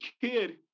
kid